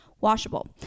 washable